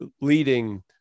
leading